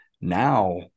Now